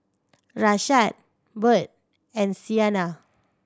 Rashaad Burt and Siena